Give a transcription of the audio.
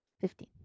Fifteen